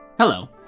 Hello